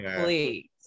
please